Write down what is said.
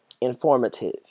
Informative